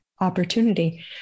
opportunity